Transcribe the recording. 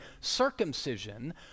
circumcision